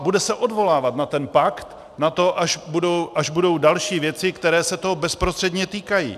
Bude se odvolávat na ten pakt, na to, až budou další věci, které se toho bezprostředně týkají.